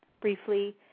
briefly